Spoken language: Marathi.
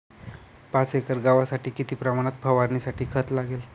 पाच एकर गव्हासाठी किती प्रमाणात फवारणीसाठी खत लागेल?